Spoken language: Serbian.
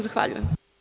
Zahvaljujem.